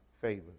favor